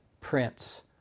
prince